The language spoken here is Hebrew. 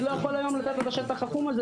אני לאיכול היום לתת לו את השטח החום הזה